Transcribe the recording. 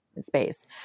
space